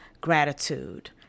gratitude